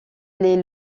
est